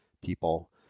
people